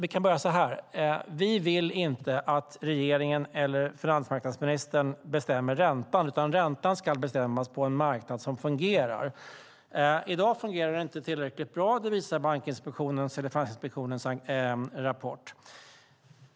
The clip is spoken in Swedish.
Vi vill inte att regeringen eller finansmarknadsministern bestämmer räntan, utan räntan ska bestämmas på en marknad som fungerar. I dag fungerar det inte tillräckligt bra. Det visar Finansinspektionens rapport.